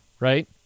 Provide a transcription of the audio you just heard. right